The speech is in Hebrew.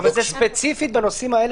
אבל זה ספציפי בנושאים האלה.